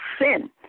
sin